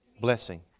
Blessing